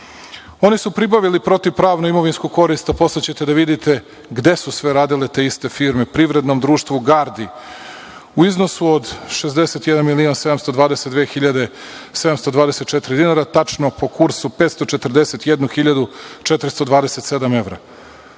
Oni su pribavili protivpravnu imovinsku korist, a posle ćete da vidite gde su sve radile te iste firme, u privrednom društvu „Gardi“ u iznosu od 61.722.724 dinara, tačno po kursu 541.427 evra.